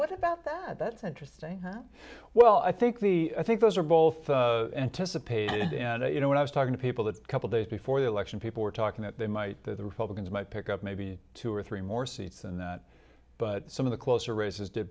what about that that's interesting that well i think the i think those are both anticipated and you know when i was talking to people that a couple days before the election people were talking that they might the republicans might pick up maybe two or three more seats than that but some of the closer races did